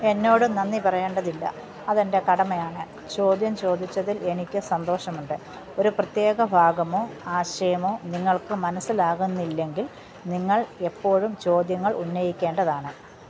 എന്നോട് നന്ദി പറയേണ്ടതില്ല അതെന്റെ കടമയാണ് ചോദ്യം ചോദിച്ചതിൽ എനിക്ക് സന്തോഷമുണ്ട് ഒരു പ്രത്യേക ഭാഗമോ ആശയമോ നിങ്ങൾക്ക് മനസ്സിലാകുന്നില്ലെങ്കിൽ നിങ്ങൾ എപ്പോഴും ചോദ്യങ്ങൾ ഉന്നയിക്കേണ്ടതാണ്